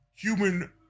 human